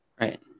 Right